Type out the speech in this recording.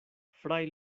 fray